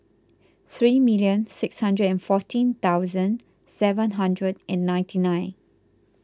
three million six hundred and fourteen thousand seven hundred and ninety nine